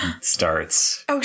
starts